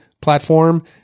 platform